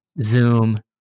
Zoom